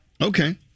Okay